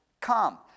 Come